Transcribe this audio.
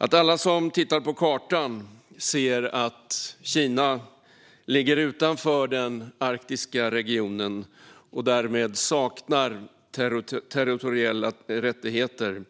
Att alla som tittar på kartan ser att Kina ligger utanför den arktiska regionen och därmed saknar territoriella rättigheter